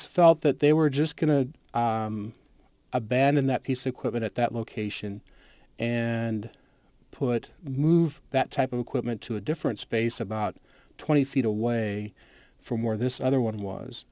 felt that they were just going to abandon that piece of equipment at that location and put move that type of equipment to a different space about twenty feet away from where this other one was